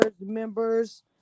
members